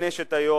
נענשת היום,